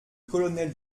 colonel